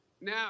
Now